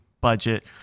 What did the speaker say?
budget